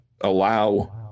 allow